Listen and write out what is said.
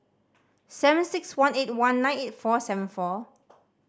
seven six one eight one nine eight four seven four